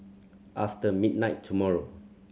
after midnight tomorrow